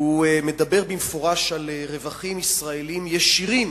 והוא מדבר במפורש על רווחים ישראליים ישירים